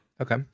Okay